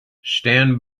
stand